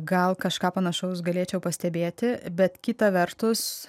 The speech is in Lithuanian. gal kažką panašaus galėčiau pastebėti bet kita vertus